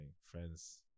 friends